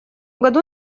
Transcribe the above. году